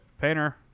Painter